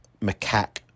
macaque